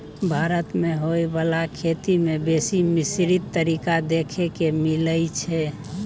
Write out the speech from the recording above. भारत मे होइ बाला खेती में बेसी मिश्रित तरीका देखे के मिलइ छै